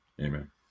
Amen